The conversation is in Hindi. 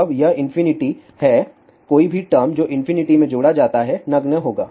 अब यह इंफिनिटी है कोई भी टर्म जो इंफिनिटी में जोड़ा जाता है नगण्य होगा